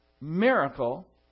miracle